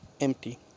empty